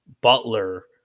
Butler